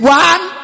one